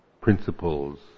principles